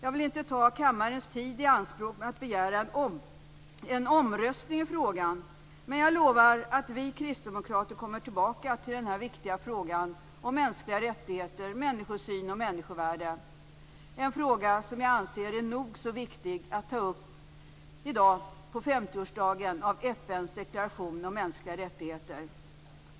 Jag vill inte ta kammarens tid i anspråk med att begära en omröstning i frågan. Men jag lovar att vi kristdemokrater kommer tillbaka till den här viktiga frågan om mänskliga rättigheter, människosyn och människovärde. Det är en fråga som jag anser är nog så viktig att ta upp i dag på femtioårsdagen av FN:s deklaration om mänskliga rättigheter.